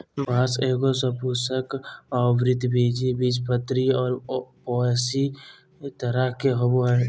बाँस एगो सपुष्पक, आवृतबीजी, बीजपत्री और पोएसी तरह के होबो हइ